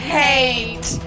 hate